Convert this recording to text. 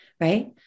right